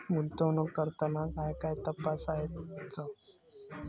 गुंतवणूक करताना काय काय तपासायच?